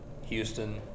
Houston